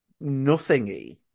nothing-y